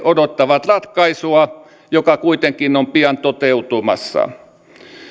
odottavat ratkaisua joka kuitenkin on pian toteutumassa